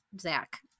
Zach